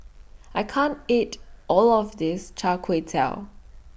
I can't eat All of This Chai Kway Tow